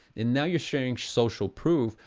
and now you're sharing social proof,